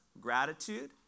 gratitude